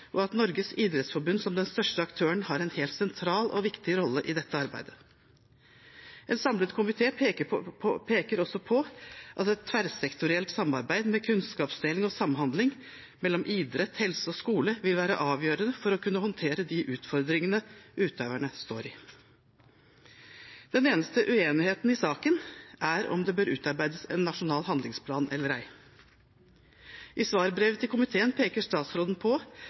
og at Norges idrettsforbund, som den største aktøren, har en helt sentral og viktig rolle i dette arbeidet. En samlet komité peker også på at et tverrsektorielt samarbeid, med kunnskapsdeling og samhandling mellom idrett, helse og skole, vil være avgjørende for å kunne håndtere de utfordringene utøverne står i. Den eneste uenigheten i saken er om det bør utarbeides en nasjonal handlingsplan eller ei. I svarbrevet til komiteen peker statsråden på